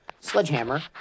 sledgehammer